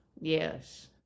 Yes